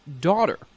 daughter